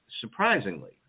surprisingly